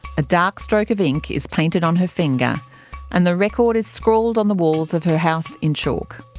a dark stroke of ink is painted on her finger and the record is scrawled on the walls of her house in chalk.